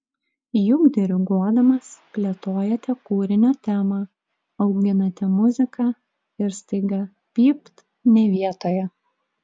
juk diriguodamas plėtojate kūrinio temą auginate muziką ir staiga pypt ne vietoje